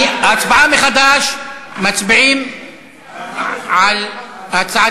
הצבעה מחדש, מצביעים על הצעה